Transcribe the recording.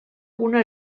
una